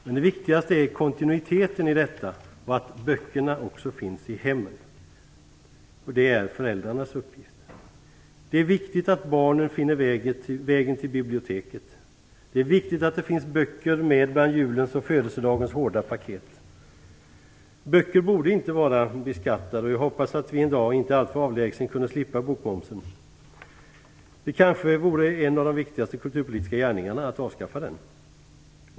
Men det viktigaste är kontinuiteten i detta och att böckerna också finns i hemmen. Det är föräldrarnas uppgift. Det är viktigt att barnen finner vägen till biblioteket. Det är viktigt att det finns böcker med bland julens och födelsedagens hårda paket. Böcker borde inte vara beskattade, och jag hoppas att vi en dag - inte alltför avlägsen - kunde slippa bokmomsen. Det kanske vore en av de viktigaste kulturpolitiska gärningarna att avskaffa den.